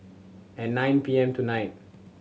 at nine P M tonight